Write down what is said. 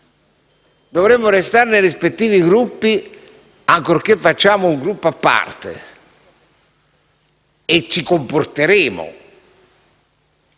Dovremmo restare nei rispettivi Gruppi, ancorché facciamo un Gruppo a parte. Poi avremo